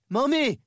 Mommy